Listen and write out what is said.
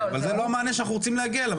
אבל זה לא מענה שאנחנו רוצים להגיע אליו.